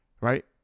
right